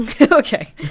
okay